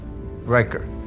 Riker